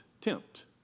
tempt